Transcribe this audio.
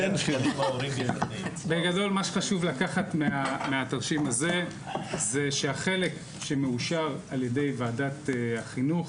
מה שחשוב לקחת מהתרשים הזה זה שהחלק שמאושר על ידי ועדת החינוך